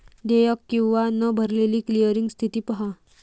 देयक किंवा न भरलेली क्लिअरिंग स्थिती पहा